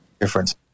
difference